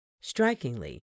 Strikingly